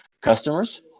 customers